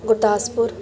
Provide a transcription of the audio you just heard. Gurdaspur